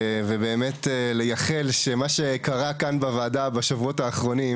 ובאמת לייחל שמה שקרה כאן בוועדה בשבועות האחרונים